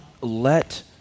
let